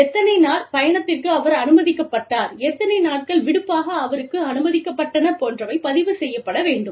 எத்தனை நாள் பயணத்திற்கு அவர் அனுமதிக்கப்பட்டார் எத்தனை நாட்கள் விடுப்பாக அவருக்கு அனுமதிக்கப்பட்டன போன்றவை பதிவு செய்யப்பட வேண்டும்